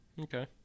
okay